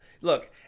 Look